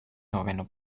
noveno